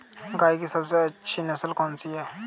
गाय की सबसे अच्छी नस्ल कौनसी है?